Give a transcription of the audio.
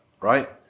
right